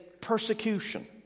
persecution